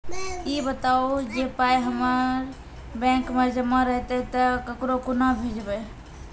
ई बताऊ जे पाय हमर बैंक मे जमा रहतै तऽ ककरो कूना भेजबै?